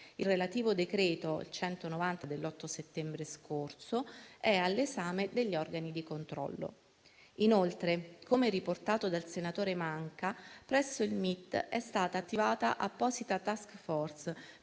Il relativo decreto, il n. 190 dell'8 settembre scorso, è all'esame degli organi di controllo. Inoltre - come riportato dal senatore Manca - presso il MIT è stata attivata un'apposita *task force*